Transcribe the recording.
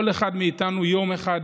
כל אחד מאיתנו יום אחד,